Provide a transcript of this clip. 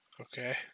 Okay